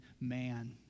man